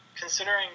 considering